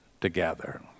together